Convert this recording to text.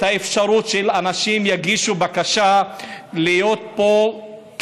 האפשרות של אנשים להגיש בקשה להיות פה,